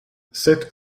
sept